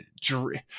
dream